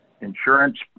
insurance